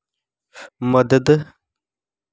मदद